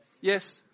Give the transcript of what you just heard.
yes